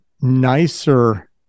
nicer